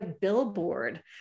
billboard